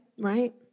right